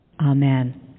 Amen